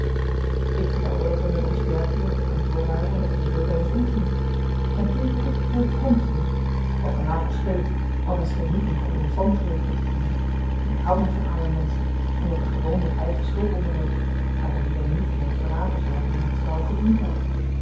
ik vertelde dat we met ons dertienen op t kantoor waren en dat er zooveel by ons omging en toen vroeg ik hoe het hèm ging wat me later speet want hy scheen niet in goede omstandigheden te verkeeren en ik houd niet van arme menschen omdat er gewoonlyk eigen schuld onder loopt daar de heer niet iemand verlaten zou die hem trouw gediend had